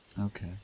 Okay